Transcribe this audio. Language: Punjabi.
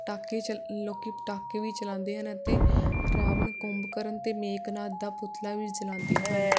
ਪਟਾਕੇ ਚਲ ਲੋਕ ਪਟਾਕੇ ਵੀ ਚਲਾਉਂਦੇ ਹਨ ਅਤੇ ਰਾਵਣ ਕੁੰਭਕਰਨ ਅਤੇ ਮੇਘਨਾਥ ਦਾ ਪੁਤਲਾ ਵੀ ਜਲਾਂਦੇ ਹਨ